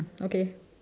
okay